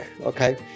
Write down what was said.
okay